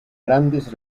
grandes